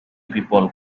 people